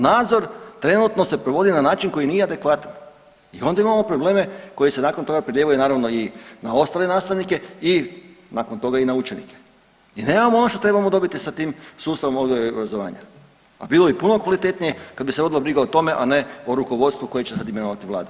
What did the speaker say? Nadzor trenutno se provodi na način koji nije adekvatan i onda imamo problem koji se nakon toga prelijevaju naravno i na ostale nastavnike i nakon toga i na učenike i nemamo ono što trebamo dobiti sa tim sustavom odgoja i obrazovanja, a bilo bi puno kvalitetnije kad bi se vodila briga o tome, a ne o rukovodstvu kojeg će sad imenovati vlada.